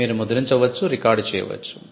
మీరు ముద్రించవచ్చు రికార్డు చేయవచ్చు